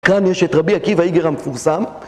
כאן יש את רבי עקיבא איגר המפורסם